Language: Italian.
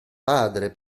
padre